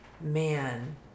man